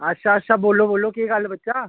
अच्छा अच्छा बोल्लो बच्चा केह् गल्ल बच्चा